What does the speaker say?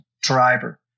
driver